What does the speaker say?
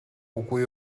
үгүй